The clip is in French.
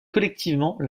collectivement